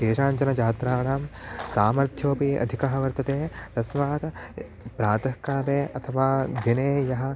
केशाञ्चन छात्राणां सामर्थ्योऽपि अधिकः वर्तते तस्मात् प्रातःकाले अथवा दिने यः